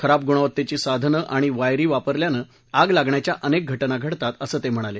खराब गुणवत्तेची साधनं आणि वायरी वापरल्यानं आग लागण्याच्या अनेक घौगा घडतात असं ते म्हणाले